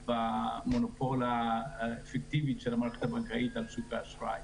במונופול הפיקטיבי של המערכת הבנקאית על שוק האשראי,